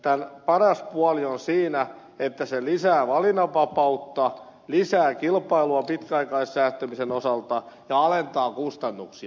tämän paras puoli on siinä että se lisää valinnanvapautta lisää kilpailua pitkäaikaissäästämisen osalta ja alentaa kustannuksia